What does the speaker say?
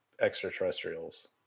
extraterrestrials